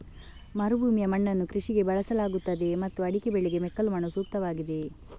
ಮರುಭೂಮಿಯ ಮಣ್ಣನ್ನು ಕೃಷಿಗೆ ಬಳಸಲಾಗುತ್ತದೆಯೇ ಮತ್ತು ಅಡಿಕೆ ಬೆಳೆಗೆ ಮೆಕ್ಕಲು ಮಣ್ಣು ಸೂಕ್ತವಾಗಿದೆಯೇ?